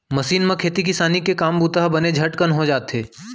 machine म खेती किसानी के काम बूता ह बने झटकन हो जाथे